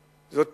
זאת